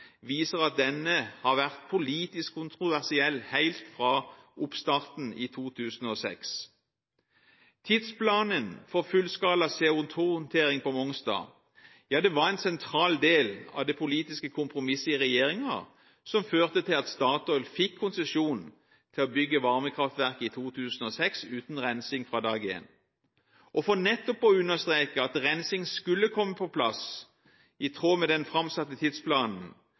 viser Stortingets behandling av Mongstad-saken at den har vært politisk kontroversiell helt fra oppstarten i 2006. Tidsplanen for fullskala CO2-håndtering på Mongstad var en sentral del av det politiske kompromisset i regjeringen som førte til at Statoil fikk konsesjon til å bygge varmekraftverk i 2006 uten rensing fra dag én. Og for nettopp å understreke at rensing skulle komme på plass, i tråd med den framsatte tidsplanen,